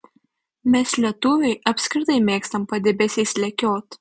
mes lietuviai apskritai mėgstam padebesiais lekiot